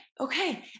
okay